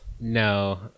No